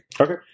Okay